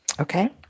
Okay